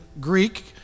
Greek